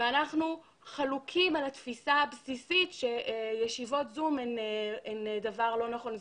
אנחנו חלוקים על התפיסה הבסיסית שישיבות זום הן דבר לא נכון.